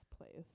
place